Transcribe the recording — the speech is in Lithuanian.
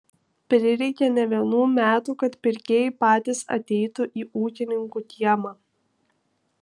prireikė ne vienų metų kad pirkėjai patys ateitų į ūkininkų kiemą